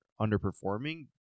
underperforming